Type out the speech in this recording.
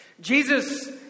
Jesus